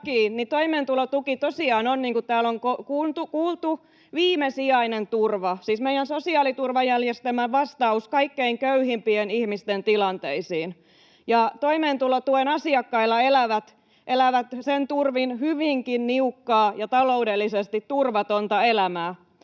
on kuultu, viimesijainen turva, siis meidän sosiaaliturvajärjestelmän vastaus kaikkein köyhimpien ihmisten tilanteisiin. Toimeentulotuen asiakkailla elävät elävät sen turvin hyvinkin niukkaa ja taloudellisesti turvatonta elämää.